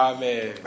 Amen